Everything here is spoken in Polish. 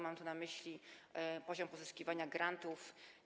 Mam tu na myśli poziom pozyskiwania grantów.